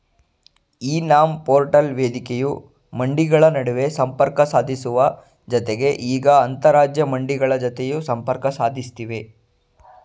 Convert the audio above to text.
E NAM portal ವೇದಿಕೆಯು ಮಂಡಿಗಳ ನಡುವೆ ಸಂಪರ್ಕ ಸಾಧಿಸುವ ಜತೆಗೆ ಈಗ ಅಂತರರಾಜ್ಯ ಮಂಡಿಗಳ ಜತೆಯೂ ಸಂಪರ್ಕ ಸಾಧಿಸ್ತಿವೆ